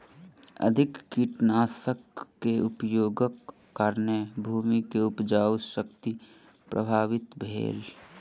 अधिक कीटनाशक के उपयोगक कारणेँ भूमि के उपजाऊ शक्ति प्रभावित भेल